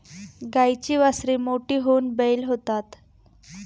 गाईची वासरे मोठी होऊन बैल होतात